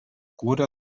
kūrė